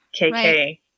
KK